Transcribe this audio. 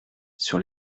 sur